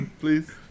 Please